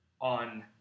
on